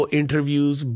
interviews